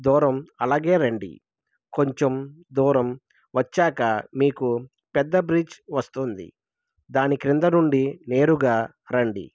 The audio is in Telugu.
దూరం అలాగే రండి కొంచెం దూరం వచ్చాక మీకు పెద్ద బ్రిడ్జ్ వస్తుంది దాని కింద నుండి నేరుగా రండి